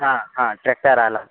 हा हा टेट्टर् अलं